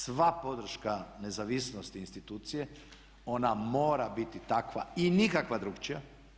Sva podrška nezavisnosti institucije ona mora biti takva i nikakva drukčija.